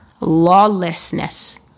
lawlessness